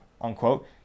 unquote